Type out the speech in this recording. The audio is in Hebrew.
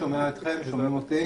שומע אתכם אתם שומעים אותי?